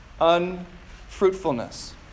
unfruitfulness